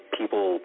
people